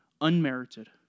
unmerited